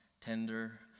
tender